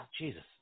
Jesus